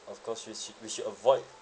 of course we should we should avoid